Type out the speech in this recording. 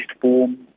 form